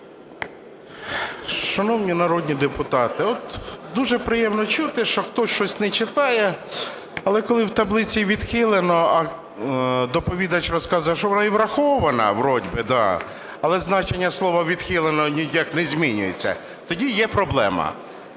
Шановні народні депутати, от дуже приємно чути, що хтось щось не читає, але коли в таблиці відхилено, а доповідач розказує, що вона і врахована вроді би, да, але значення слова "відхилено" не змінюється, тоді є проблема.